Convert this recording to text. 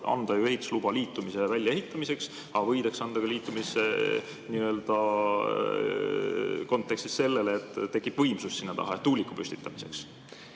anda ju ehitusluba liitumise väljaehitamiseks, aga võidakse anda ka liitumise kontekstis sellele, et tekib võimsus sinna taha, tuuliku püstitamiseks.